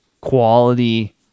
quality